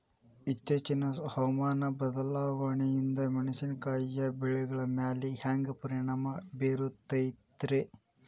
ಇತ್ತೇಚಿನ ಹವಾಮಾನ ಬದಲಾವಣೆಯಿಂದ ಮೆಣಸಿನಕಾಯಿಯ ಬೆಳೆಗಳ ಮ್ಯಾಲೆ ಹ್ಯಾಂಗ ಪರಿಣಾಮ ಬೇರುತ್ತೈತರೇ?